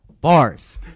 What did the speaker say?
Bars